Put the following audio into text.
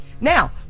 now